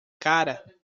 cara